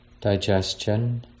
digestion